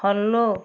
follow